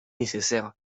nécessaires